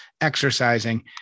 exercising